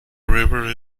river